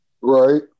Right